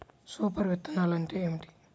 Super విత్తనాలు అంటే ఏమిటి?